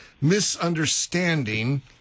misunderstanding